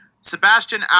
Sebastian